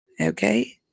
okay